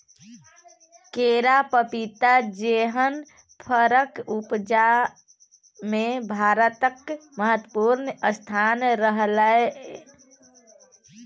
केरा, पपीता जेहन फरक उपजा मे भारतक महत्वपूर्ण स्थान रहलै यै